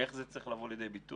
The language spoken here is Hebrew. זה צריך לבוא לידי ביטוי